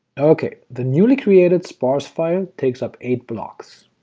okay, the newly created sparse file takes up eight blocks.